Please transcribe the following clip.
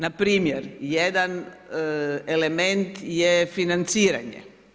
Npr. jedan element je financiranje.